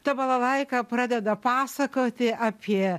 ta balalaika pradeda pasakoti apie